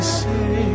say